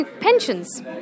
pensions